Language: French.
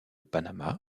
panama